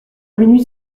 minuit